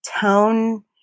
tone